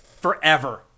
forever